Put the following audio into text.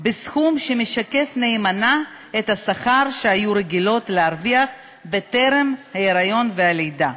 בסכום שמשקף נאמנה את השכר שהיו רגילות להרוויח לפני ההיריון והלידה.